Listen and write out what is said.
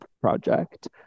Project